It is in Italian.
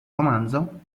romanzo